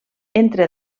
entre